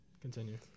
continue